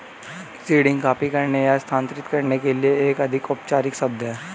seeding copy करने या स्थानांतरित करने के लिए एक अधिक औपचारिक शब्द है